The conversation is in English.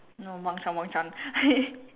no Mong-Chan Mong-Chan